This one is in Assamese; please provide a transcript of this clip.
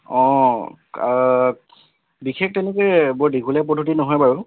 অঁ বিশেষ তেনেকৈ বৰ দীঘলীয়া পদ্ধতি নহয় বাৰু